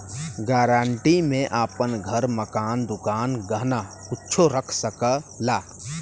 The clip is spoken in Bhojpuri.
गारंटी में आपन घर, मकान, दुकान, गहना कुच्छो रख सकला